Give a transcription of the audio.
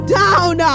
down